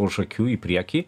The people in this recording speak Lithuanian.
už akių į priekį